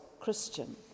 Christian